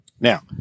Now